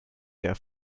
their